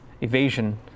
evasion